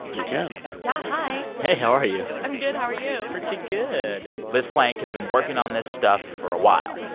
can yeah. hi hey. how are you? i'm good. how are you? pretty good liz plank has been working on this stuff for a while.